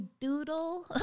doodle